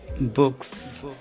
books